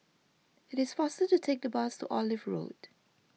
it is faster to take the bus to Olive Road